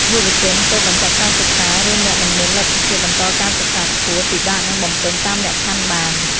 យុវជនទើបបញ្ចប់ការសិក្សា ឬអ្នកមិនមានលទ្ធភាពបន្តការសិក្សាខ្ពស់ ពិបាកនឹងបំពេញតាមលក្ខខណ្ឌបាន។